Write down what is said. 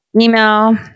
email